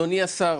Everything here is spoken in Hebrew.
נכון.